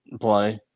play